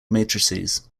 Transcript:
matrices